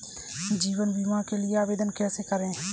जीवन बीमा के लिए आवेदन कैसे करें?